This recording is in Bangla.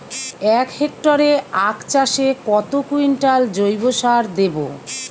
এক হেক্টরে আখ চাষে কত কুইন্টাল জৈবসার দেবো?